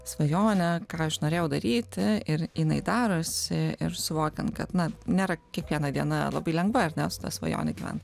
svajonė ką aš norėjau daryti ir jinai darosi ir suvokiant kad na nėra kiekviena diena labai lengva ar ne su ta svajone gyvent